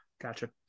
Gotcha